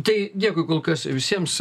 tai dėkui kol kas visiems